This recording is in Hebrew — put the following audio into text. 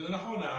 ונכון,